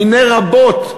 מני רבות,